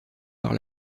par